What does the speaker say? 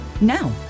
Now